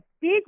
big